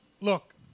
look